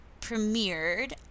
premiered